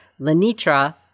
Lenitra